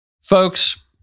Folks